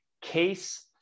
case